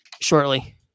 shortly